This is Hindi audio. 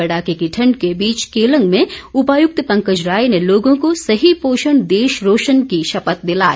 कड़ाके की ठण्ड के बीच केलंग में उपायुक्त पंकज राय ने लोगों को सही पोषण देश रोशन की शपथ दिलाई